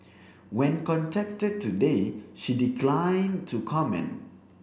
when contacted today she declined to comment